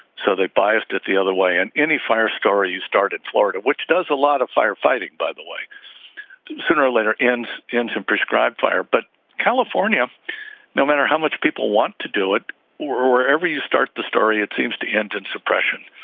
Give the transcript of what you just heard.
so they biased it the other way and any fire story you started florida which does a lot of firefighting by the way sooner or later ends in some prescribed fire. but california no matter how much people want to do it or wherever you start the story it seems to end in suppression.